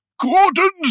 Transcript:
Gordon's